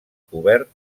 cobert